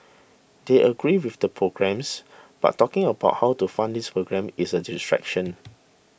they agree with the programmes but talking about how to fund these programmes is a distraction